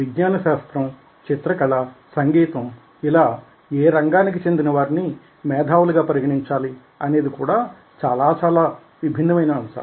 విజ్ఞాన శాస్త్రం చిత్రకళ సంగీతం ఇలా ఏ రంగానికి చెందిన వారిని మేధావులుగా పరిగణించాలి అనేది కూడా చాలా విభిన్నమైన అంశాలు